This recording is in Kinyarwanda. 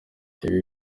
ibi